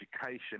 education